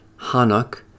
Hanuk